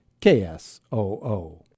KSOO